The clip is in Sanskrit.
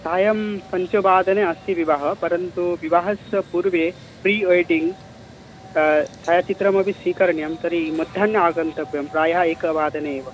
सायं पञ्चवादने अस्ति विवाहः परन्तु विवाहस्य पूर्व् प्रीवेडिङ्ग् छायाचित्रमपि स्वीकरणीयं तर्हि मध्याह्ने आगन्तव्यं प्रायः एकवादने एव